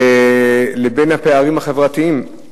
הפערים החברתיים,